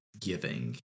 giving